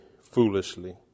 foolishly